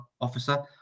Officer